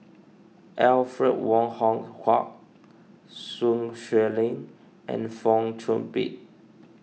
Alfred Wong Hong Kwok Sun Xueling and Fong Chong Pik